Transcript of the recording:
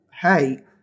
hey